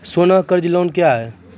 सोना कर्ज लोन क्या हैं?